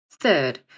Third